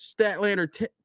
Statlander